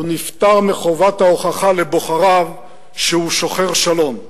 הוא נפטר מחובת ההוכחה לבוחריו שהוא שוחר שלום.